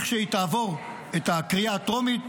כשהיא תעבור את הקריאה הטרומית,